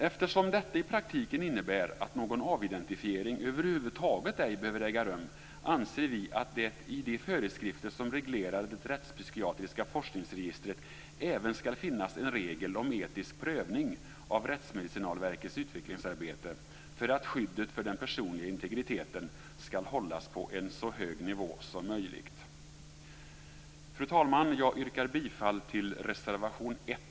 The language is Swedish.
Eftersom detta i praktiken innebär att någon avidentifiering över huvud taget ej behöver äga rum anser vi att det i de föreskrifter som reglerar det rättspsykiatriska forskningsregistret även skall finnas en regel om etisk prövning av Rättsmedicinalverkets utvecklingsarbete för att skyddet för den personliga integriteten skall hållas på en så hög nivå som möjligt. Fru talman! Jag yrkar bifall till reservation 1.